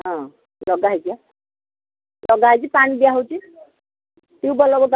ହଁ ଲଗା ହେଉଛି ଲଗା ହେଉଛି ପାଣି ଦିଆ ହେଉଛି ଟ୍ୟୁବୱେଲ୍